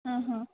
ହଁ ହଁ